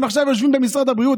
הם עכשיו יושבים במשרד הבריאות,